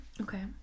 Okay